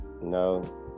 No